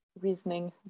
reasoning